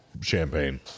champagne